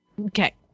Okay